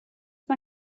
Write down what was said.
mae